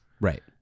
Right